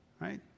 right